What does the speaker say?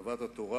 אהבת התורה